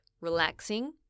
relaxing